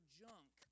junk